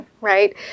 right